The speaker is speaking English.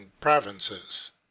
provinces